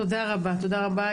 תודה רבה,